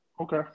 Okay